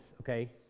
okay